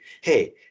Hey